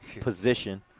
position